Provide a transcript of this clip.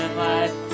life